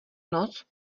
noc